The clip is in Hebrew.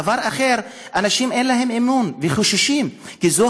דבר אחר: לאנשים אין אמון והם חוששים שזו